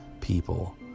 people